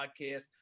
podcast